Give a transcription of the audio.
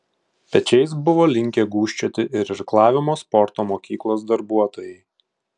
pečiais buvo linkę gūžčioti ir irklavimo sporto mokyklos darbuotojai